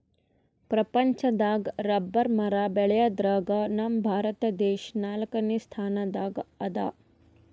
ಪ್ರಪಂಚದಾಗ್ ರಬ್ಬರ್ ಮರ ಬೆಳ್ಯಾದ್ರಗ್ ನಮ್ ಭಾರತ ದೇಶ್ ನಾಲ್ಕನೇ ಸ್ಥಾನ್ ದಾಗ್ ಅದಾ